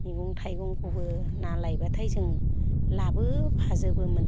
मैगं थाइगंखौबो ना लायब्लाथाय जों लाबो फाजोबोमोन